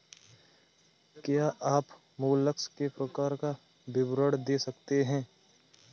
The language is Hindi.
क्या आप मोलस्क के प्रकार का विवरण दे सकते हैं?